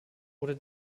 oder